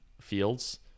Fields